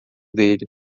dele